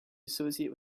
associate